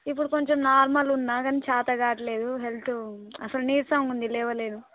ఇప్పుడు కొంచెం నార్మల్ ఉన్నా కానీ చేత కావట్లేదు హెల్త్ అసలు నీరసంగా ఉంది లేవలేను